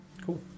Cool